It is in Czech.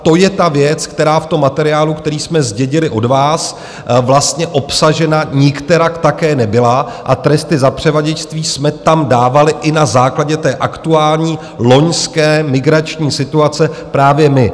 To je ta věc, která v tom materiálu, který jsme zdědili od vás, vlastně obsažena nikterak také nebyla a tresty za převaděčství jsme tam dávali i na základě aktuální loňské migrační situace právě my.